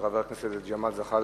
של חבר הכנסת ג'מאל זחאלקה,